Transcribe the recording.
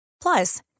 Plus